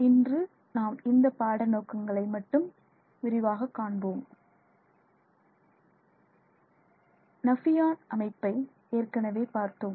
இன்று நாம் இந்த பாட நோக்கங்களை மட்டும் விரிவாக காண்போம் நபியான் அமைப்பை ஏற்கனவே பார்த்தோம்